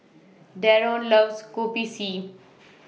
Daron loves Kopi C